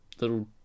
little